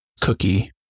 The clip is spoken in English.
cookie